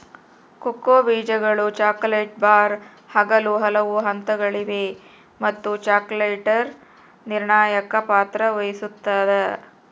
cocoa ಬೀಜಗಳು chocolate bar ಆಗಲು ಹಲವು ಹಂತಗಳಿವೆ ಮತ್ತು ಚಾಕೊಲೇಟರ್ ನಿರ್ಣಾಯಕ ಪಾತ್ರ ವಹಿಸುತ್ತದ